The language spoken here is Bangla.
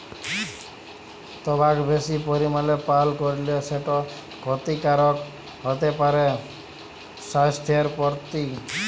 টবাক বেশি পরিমালে পাল করলে সেট খ্যতিকারক হ্যতে পারে স্বাইসথের পরতি